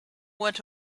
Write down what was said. went